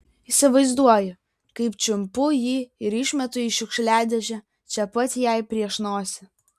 įsivaizduoju kaip čiumpu jį ir išmetu į šiukšliadėžę čia pat jai prieš nosį